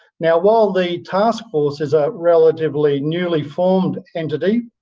now, while the taskforce is a relatively newly formed entity,